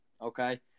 okay